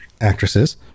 actresses